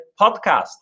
podcast